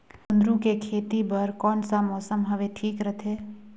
कुंदूरु के खेती बर कौन सा मौसम हवे ठीक रथे?